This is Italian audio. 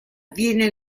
viene